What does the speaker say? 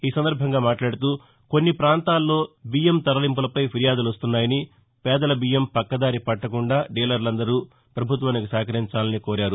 ఈ సందర్బంగా ఆయన మాట్లాడుతూకొన్ని పాంతాల్లో బియ్యం తరలింపులపై ఫిర్యాదులొస్తున్నాయని పేదల బీయ్యం పక్కదారి పట్టకుండా డీలర్లందరూ ప్రభుత్వానికి సహకరించాలని కోరారు